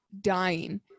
dying